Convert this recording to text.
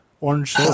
orange